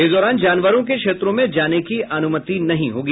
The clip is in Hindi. इस दौरान जानवरों के क्षेत्रों में जाने की अनुमति नहीं होगी